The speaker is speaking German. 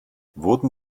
wurden